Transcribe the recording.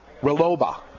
Reloba